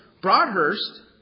Broadhurst